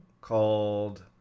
called